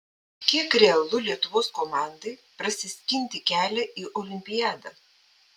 kiek realu lietuvos komandai prasiskinti kelią į olimpiadą